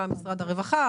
משרד הרווחה,